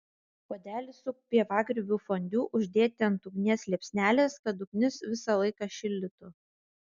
puodelį su pievagrybių fondiu uždėti ant ugnies liepsnelės kad ugnis visą laiką šildytų